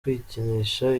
kwikinisha